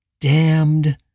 damned